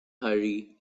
hurry